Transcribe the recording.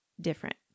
Different